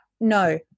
No